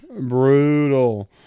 Brutal